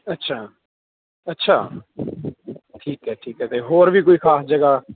ਅੱਛਾ ਅੱਛਾ ਠੀਕ ਹੈ ਠੀਕ ਹੈ ਅਤੇ ਹੋਰ ਵੀ ਕੋਈ ਖਾਸ ਜਗ੍ਹਾ